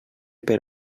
per